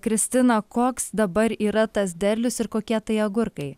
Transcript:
kristina koks dabar yra tas derlius ir kokie tai agurkai